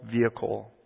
vehicle